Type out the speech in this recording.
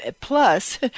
plus